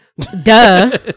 Duh